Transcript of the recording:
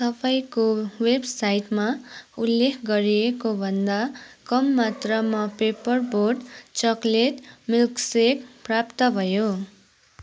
तपाईँको वेबसाइटमा उल्लेख गरिएको भन्दा कम मात्रामा पेपर बोट चकलेट मिल्कसेक प्राप्त भयो